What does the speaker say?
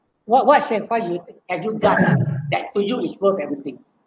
what what sacrifice you have you done that to you is worth everything